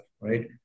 right